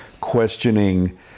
questioning